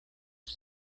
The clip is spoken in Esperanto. kiu